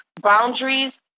Boundaries